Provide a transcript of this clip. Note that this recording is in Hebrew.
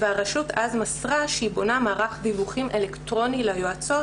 והרשות אז מסרה שהיא בונה מערך דיווחים אלקטרוני ליועצות.